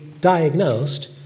diagnosed